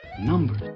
Numbers